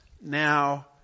now